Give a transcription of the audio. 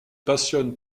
passionne